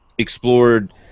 Explored